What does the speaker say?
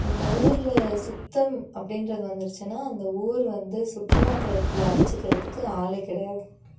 அந்த ஊரில் சுத்தம் அப்படின்றது வந்துருச்சின்னால் அந்த ஊர் வந்து சுற்றுலாத்தலத்தில் அடித்துக்கிறதுக்கு ஆளே கிடையாது